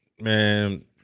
man